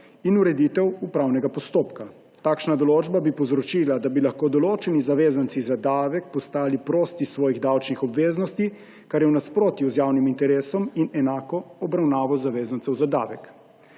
in ureditev upravnega postopka. Takšna določba bi povzročila, da bi lahko določeni zavezanci za davek postali prosti svojih davčnih obveznosti, kar je v nasprotju z javnim interesom in enako obravnavo zavezancev za davek.